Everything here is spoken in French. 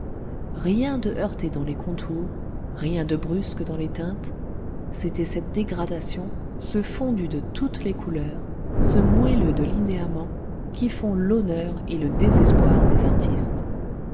rien de heurté dans les contours rien de brusque dans les teintes cétait cette dégradation ce fondu de toutes les couleurs ce moelleux de linéaments qui font l'honneur et le désespoir des artistes